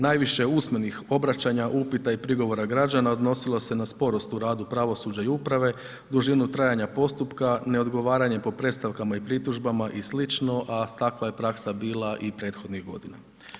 Najviše usmenih obraćanja, upita i prigovora građana odnosilo se na sporost u radu pravosuđa i uprave, dužinu trajanja postupka, neodgovaranje po predstavkama i pritužbama i sl., a takva je praksa bila i prethodnih godina.